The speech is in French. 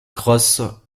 cross